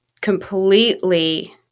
completely